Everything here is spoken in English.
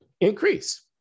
increase